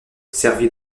servit